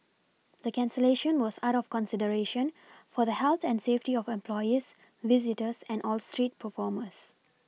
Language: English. the cancellation was out of consideration for the health and safety of employees visitors and all street performers